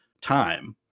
time